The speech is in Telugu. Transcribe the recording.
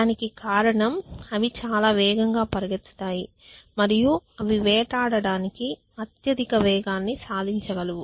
దానికి కారణం అవి చాలా వేగంగా పరుగెత్తుతాయి మరియు అవి వేటాడటానికి అత్యధిక వేగాన్ని సాధించగలవు